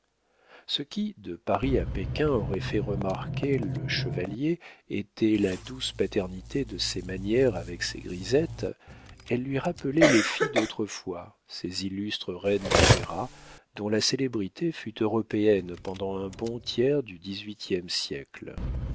ce qui de paris à pékin aurait fait remarquer le chevalier était la douce paternité de ses manières avec ces grisettes elles lui rappelaient les filles d'autrefois ces illustres reines d'opéra dont la célébrité fut européenne pendant un bon tiers du dix-huitième siècle